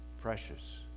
precious